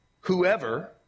whoever